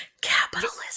capitalism